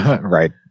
right